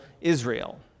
Israel